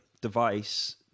device